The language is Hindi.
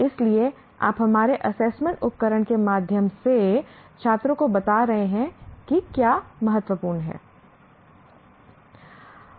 इसलिए आप हमारे एसेसमेंट उपकरण के माध्यम से छात्रों को बता रहे हैं कि क्या महत्वपूर्ण है